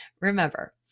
remember